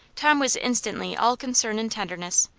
tom was instantly all concern and tenderness,